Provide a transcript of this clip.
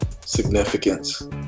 Significance